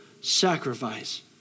sacrifice